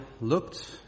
looked